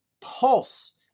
pulse